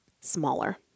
smaller